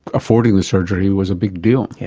affording the surgery was a big deal. yes.